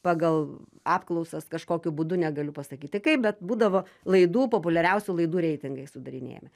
pagal apklausas kažkokiu būdu negaliu pasakyti kaip bet būdavo laidų populiariausių laidų reitingai sudarinėjami